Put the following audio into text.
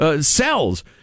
Cells